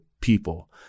people